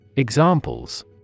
Examples